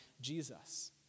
Jesus